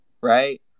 right